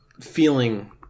feeling